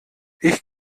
ich